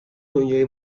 دنیای